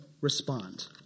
respond